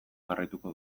jarraituko